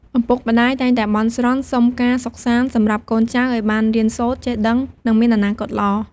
ឪពុកម្ដាយតែងតែបន់ស្រន់សុំការសុខសាន្ត សម្រាប់កូនចៅឱ្យបានរៀនសូត្រចេះដឹង និងមានអនាគតល្អ។